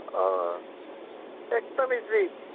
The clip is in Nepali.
अँ एकदमै